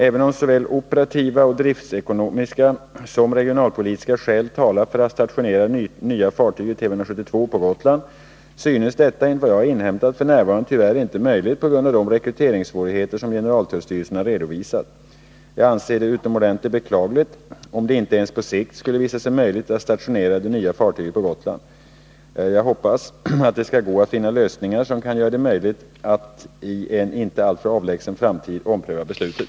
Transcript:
Även om såväl operativa och driftsekonomiska som regionalpolitiska skäl talar för att stationera det nya fartyget Tv 172 på Gotland synes detta, enligt vad jag inhämtat, f. n. tyvärr inte möjligt på grund av de rekryteringssvårigheter som generaltullstyrelsen har redovisat. Jag anser det utomordentligt beklagligt om det inte ens på sikt skulle visa sig möjligt att stationera det nya fartyget på Gotland. Jag hoppas att det skall gå att finna lösningar som kan göra det möjligt att i en inte alltför avlägsen framtid ompröva beslutet.